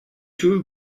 too